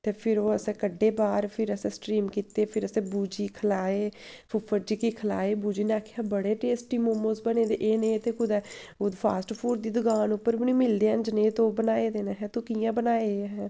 ते फिर ओह् असें कड्ढे बाह्र फिर असें स्ट्रीम कीते फिर असें बूजी गी खलाए फुफ्फड़ जी गी खलाए बूजी ने आखेआ बड़े टेस्टी मोमोस बने दे एह् नेह् ते कुदै फास्ट फूड दी दकान उप्पर बी निं मिलदे हैन जनेह् तूं बनाए दे न अहें तू कि'यां बनाए एह् अहें